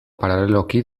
paraleloki